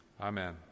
Amen